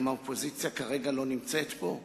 גם האופוזיציה כרגע לא נמצאת פה.